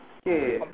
okay